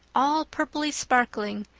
all purply-sparkling,